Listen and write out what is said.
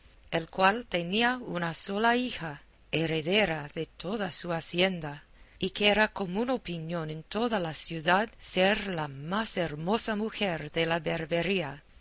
el cual tenía una sola hija heredera de toda su hacienda y que era común opinión en toda la ciudad ser la más hermosa mujer de la berbería